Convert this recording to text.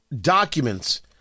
documents